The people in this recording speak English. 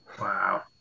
Wow